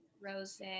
Rose